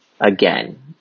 again